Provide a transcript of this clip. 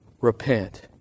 Repent